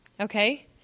okay